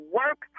work